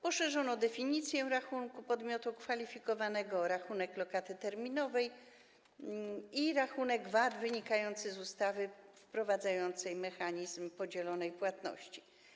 Poszerzono definicję rachunku podmiotu kwalifikowanego, uwzględniając w niej rachunek lokaty terminowej i rachunek VAT wynikający z ustawy wprowadzającej mechanizm podzielonej płatności.